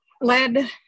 led